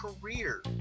career